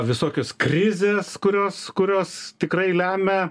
visokios krizės kurios kurios tikrai lemia